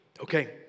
Okay